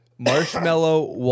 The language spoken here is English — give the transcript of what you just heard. Marshmallow